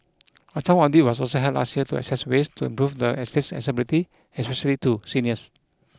a town audit was also held last year to assess ways to improve the estate's accessibility especially to seniors